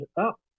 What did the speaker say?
up